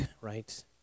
right